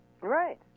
Right